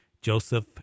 joseph